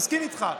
מסכים איתך.